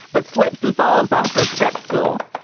but slips and falls off a step stool.